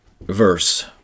verse